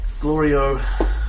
Glorio